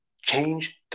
change